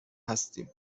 هستیم